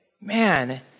Man